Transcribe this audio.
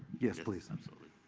yes, please. um so